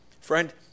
friend